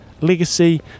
Legacy